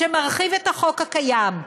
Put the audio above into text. שמרחיב את החוק הקיים,